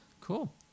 cool